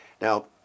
Now